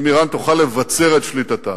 אם אירן תוכל לבצר את שליטתה